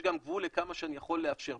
גם גבול לכמה שאני יכול לאפשר.